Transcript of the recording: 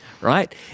Right